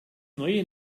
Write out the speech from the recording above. neue